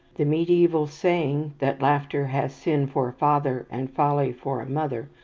the mediaeval saying, that laughter has sin for a father and folly for a mother,